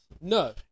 No